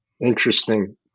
interesting